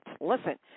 Listen